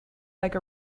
like